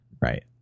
Right